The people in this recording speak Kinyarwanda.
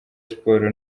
sport